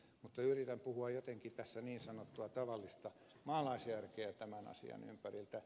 mutta yritän puhua jotenkin tässä niin sanottua tavallista maalaisjärkeä tämän asian ympäriltä